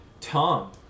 Tom